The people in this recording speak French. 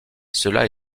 cela